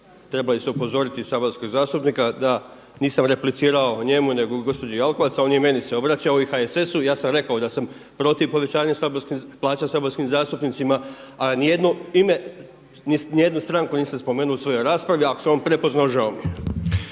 Trebali ste upozoriti saborskog zastupnika da nisam replicirao njemu nego gospođi Jelkovac, a on meni se obraćao i HSS-u. Ja sam rekao da sam protiv povećanja plaća saborskim zastupnicima, a nijedno ime i nijednu stranku nisam spomenuo u svojoj raspravi. Ako se on prepoznao, žao mije.